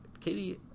Katie